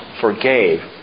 forgave